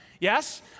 Yes